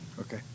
Okay